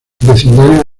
vecindario